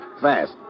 fast